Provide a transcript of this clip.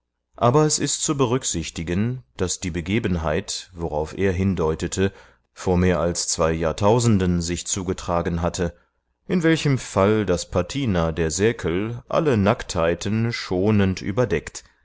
aber es ist zu berücksichtigen daß die begebenheit worauf er hindeutete vor mehr als zwei jahrtausenden sich zugetragen hatte in welchem fall das patina der säkel alle nacktheiten schonend überdeckt